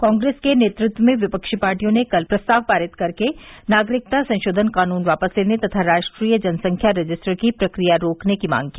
कांग्रेस के नेतृत्व में विपक्षी पार्टियों ने कल प्रस्ताव पारित कर के नागरिकता संशोधन कानून वापस लेने तथा राष्ट्रीय जनसंख्या रजिस्टर की प्रक्रिया रोकने की मांग की